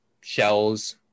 shells